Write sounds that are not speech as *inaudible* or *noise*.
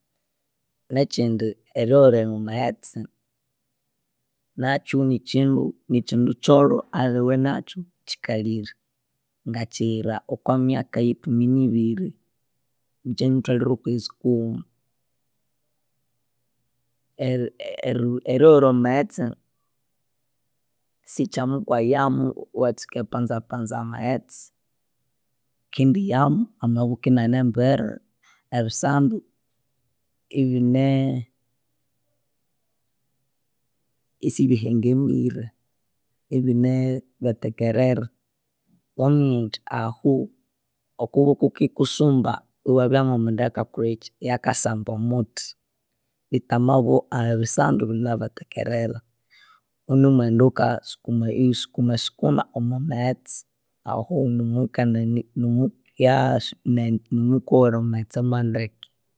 ﻿Nekyindi eriwera omwamaghetse nakyu nikyindu, nikyindu kyolho aliwe nakyu kyikalire. Ngakyiyira okwe myaka ikumi nibiri mukyayithwalhira okwezi kughuma, *hesitation* eriwera omwa maghetse sikyama kyayamu iwatsuka eripanzapanza amaghetse, wukindiyamu amaboko inane embere, nebisandu ibine isibihengemire, ibinebethekerere wukaminya wuthe ahu okuboko wukikusumba iwabya ngomundu oyukakolhakyi eyakasamba omuthi bethu amaboko ebisandu binabyethekerere owunimuenda wukayi sukuma sukuma isukuma omwa maghetse ahu mundu *hesitation* niwukawira omwa maghetse